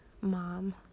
mom